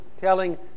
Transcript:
telling